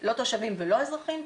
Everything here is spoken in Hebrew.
לא תושבים ולא אזרחים,